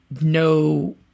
no